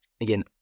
again